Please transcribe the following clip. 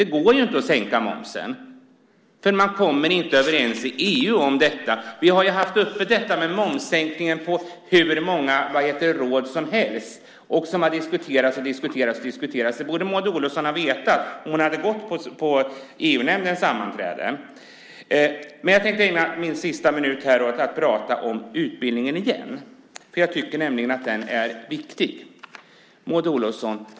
Det går inte att sänka momsen, för man kommer inte överens i EU om detta. Vi har haft momssänkningen uppe på hur många råd som helst. Det har diskuterats och diskuterats, och det borde Maud Olofsson ha vetat om hon hade gått på EU-nämndens sammanträden. Men jag tänkte ägna den sista minuten av min talartid till att prata om utbildningen igen, jag tycker nämligen att den är viktig.